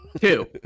Two